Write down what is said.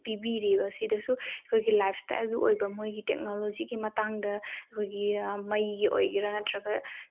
ꯄꯤꯕꯤꯔꯤꯕ ꯑꯁꯤꯗꯁꯨ ꯑꯩꯈꯣꯏꯒꯤ ꯂꯥꯏꯐ ꯏꯁꯇꯥꯏꯜꯒꯤ ꯑꯣꯏꯕ ꯃꯣꯏꯒꯤ ꯇꯦꯛꯅꯣꯂꯣꯖꯤꯒꯤ ꯃꯇꯥꯡꯗ ꯑꯩꯈꯣꯏꯒꯤ ꯃꯩꯒꯤ ꯑꯣꯏꯒꯦꯔꯥ ꯅꯠꯇ꯭ꯔꯒ